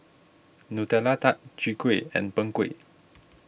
Nutella Tart Chwee Kueh and Png Kueh